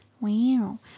Wow